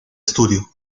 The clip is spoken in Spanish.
estudio